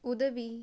உதவி